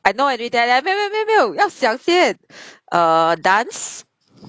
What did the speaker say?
I know 没有没有没有没有没有要想先 err dance